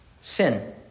Sin